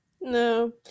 no